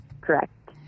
Correct